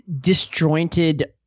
disjointed